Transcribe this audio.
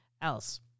else